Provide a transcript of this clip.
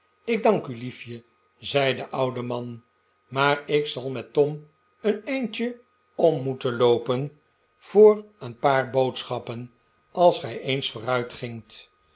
ik dank u lief je zei de oude man maar ik zal met tom een eindje om moeten loopen voor een paar boodschappen als gij eens vooruitgingt